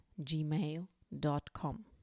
gmail.com